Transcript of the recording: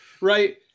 right